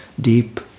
deep